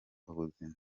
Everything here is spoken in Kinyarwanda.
ubuzima